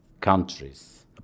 countries